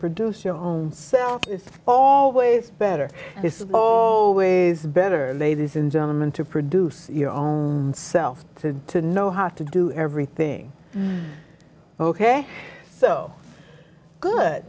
produce your own self it's all ways better this is all with better ladies and gentlemen to produce your own self to to know how to do everything ok so good